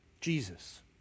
Jesus